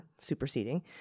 superseding